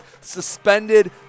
suspended